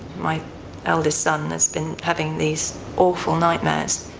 my eldest son has been having these awful nightmares,